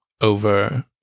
over